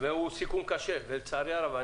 והוא סיכום קשה לצערי הרב.